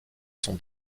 son